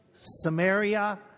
Samaria